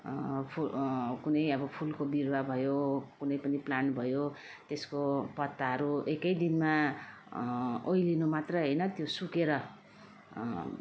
फु कुनै अब फुलको बिरुवा भयो कुनै पनि प्लान्ट भयो त्यसको पत्ताहरू एक दिनमा ओइलिनु मात्रै होइन त्यो सुकेर